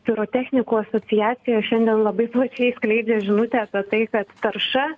pirotechnikų asociacija šiandien labai plačiai skleidžia žinutę apie tai kad tarša